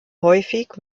häufig